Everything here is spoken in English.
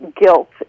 guilt